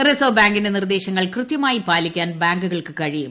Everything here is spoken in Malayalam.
റിസർവ് ബാങ്കിന്റെ നിർദ്ദേശങ്ങൾ കൃത്യമായി പാലിക്കാൻ ബാങ്കുകൾക്ക് കഴിയും